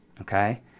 okay